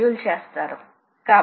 దీన్ని చేద్దాం